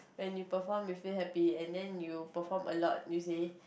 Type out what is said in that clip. when you perform you feel happy and then you perform a lot you see